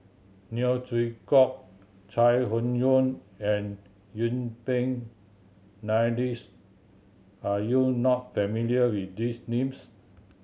Neo Chwee Kok Chai Hon Yoong and Yuen Peng McNeice are you not familiar with these names